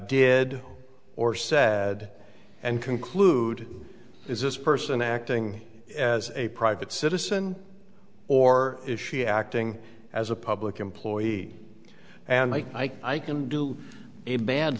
did or sad and conclude is this person acting as a private citizen or is she acting as a public employee and like i can do a bad